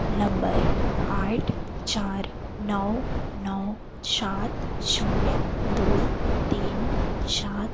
number आठ चार नौ नौ सात शून्य दो तीन सात